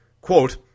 Quote